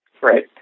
right